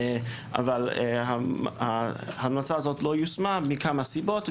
אבל ההמלצה הזאת לא יושמה מכמה סיבות,